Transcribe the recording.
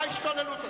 מה ההשתוללות הזאת?